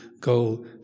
goal